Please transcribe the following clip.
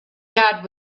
dad